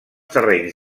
terrenys